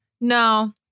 No